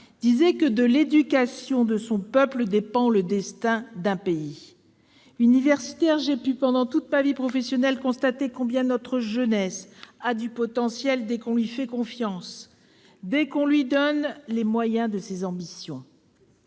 affirmait :« De l'éducation de son peuple dépend le destin d'un pays. » Universitaire, j'ai pu, pendant toute ma vie professionnelle, constater combien notre jeunesse a du potentiel dès qu'on lui fait confiance, dès qu'on lui donne les moyens de ses ambitions.